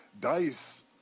Dice